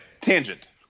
tangent